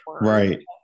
Right